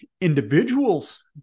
individuals